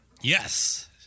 Yes